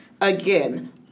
again